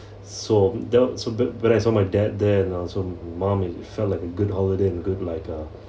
so then when I saw my dad there and also mom felt like a good holiday and good like uh